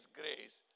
grace